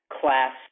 class